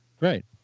Right